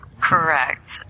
Correct